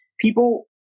people